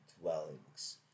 dwellings